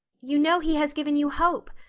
you know he has given you hope.